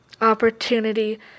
opportunity